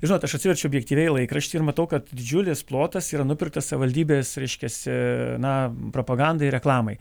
žinot aš atsiverčiu objektyviai laikraštį ir matau kad didžiulis plotas yra nupirktas savivaldybės reiškiasi na propagandai reklamai